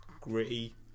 gritty